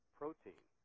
protein